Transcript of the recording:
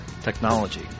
technology